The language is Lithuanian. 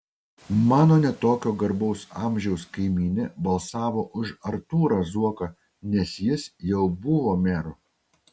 mano ne tokio garbaus amžiaus kaimynė balsavo už artūrą zuoką nes jis jau buvo meru